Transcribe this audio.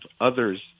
others